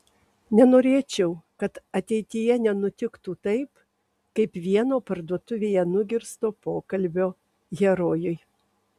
nenorėčiau kad ateityje nenutiktų taip kaip vieno parduotuvėje nugirsto pokalbio herojui